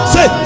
Say